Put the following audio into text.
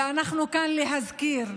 ואנחנו כאן להזכיר,